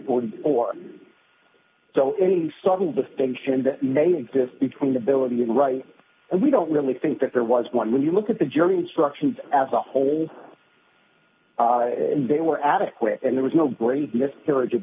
months or so any subtle distinction that ne exists between ability and right and we don't really think that there was one when you look at the jury instructions as a whole they were adequate and there was no great miscarriage of